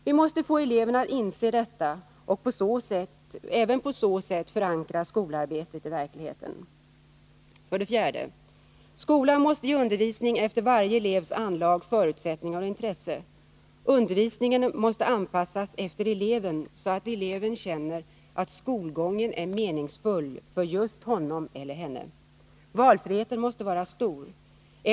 Vi måste få eleverna att inse detta och även på så sätt förankra skolarbetet i verkligheten. För det fjärde: Skolan måste ge undervisning efter varje elevs anlag, förutsättningar och intresse. Undervisningen måste anpassas efter eleven, så att eleven känner att skolgången är meningsfull för just honom eller henne. Valfriheten måste vara stor.